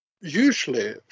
usually